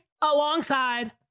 alongside